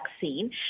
vaccine